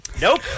Nope